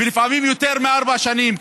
ולפעמים יותר מארבע שנים,